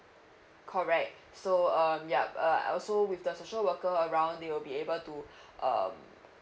correct so um yup uh I also with the social worker around they will be able to um